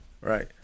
right